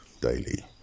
daily